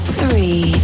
three